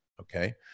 okay